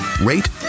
rate